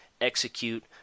execute